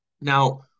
Now